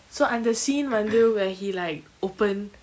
so அந்த:antha scene வந்து:vanthu where he like open